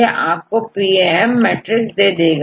यह आपकोPAM मैट्रिक दे देगा